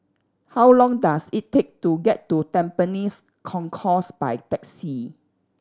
how long does it take to get to Tampines Concourse by taxi